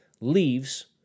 leaves